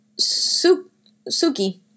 Suki